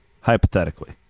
hypothetically